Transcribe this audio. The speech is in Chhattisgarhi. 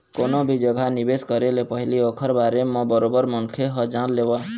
कोनो भी जघा निवेश करे ले पहिली ओखर बारे म बरोबर मनखे ह जान लेवय